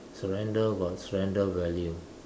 surrender got surrender value